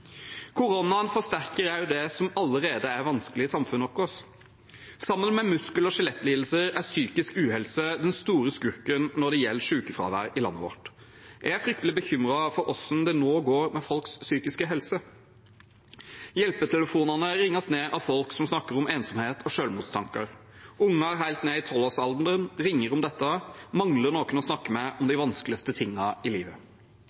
forsterker også det som allerede er vanskelig i samfunnet vårt. Sammen med muskel- og skjelettlidelser er psykisk uhelse den store skurken når det gjelder sykefravær i landet vårt. Jeg er fryktelig bekymret for hvordan det nå går med folks psykiske helse. Hjelpetelefonene ringes ned av folk som snakker om ensomhet og selvmordstanker. Unger helt ned i tolvårsalderen ringer om dette og mangler noen å snakke med om de vanskeligste tingene i livet.